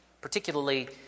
particularly